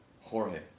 Jorge